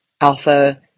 alpha